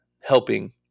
helping